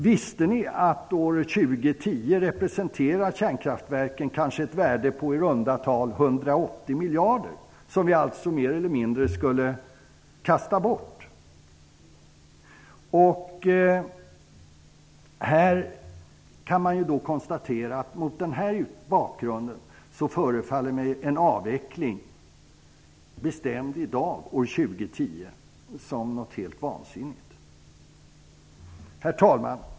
Visste ni att kärnkraftverken år 2010 kanske representerar ett värde på i runda tal 180 miljarder? Dessa pengar skulle vi alltså mer eller mindre kasta bort. Mot denna bakgrund förefaller det vara helt vansinnigt att i dag bestämma om en avveckling år Herr talman!